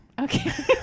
Okay